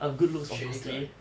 选一个 eh